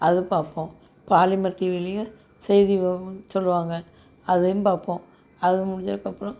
அது பார்ப்போம் பாலிமர் டிவிலேயும் செய்தி சொல்வாங்க அதையும் பார்ப்போம் அது முடிஞ்சதுக்கப்றம்